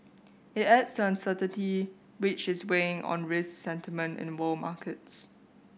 it adds to uncertainty which is weighing on risk sentiment in world markets